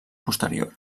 posterior